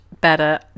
Better